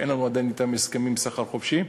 שאין לנו אתן עדיין הסכמי סחר חופשי,